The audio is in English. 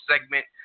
segment